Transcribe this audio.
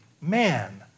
man